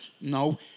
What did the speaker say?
No